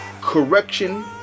correction